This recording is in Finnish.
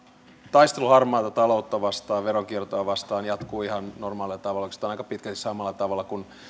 taistelu harmaata taloutta veronkiertoa vastaan jatkuu ihan normaalilla tavalla oikeastaan aika pitkälti samalla tavalla kuin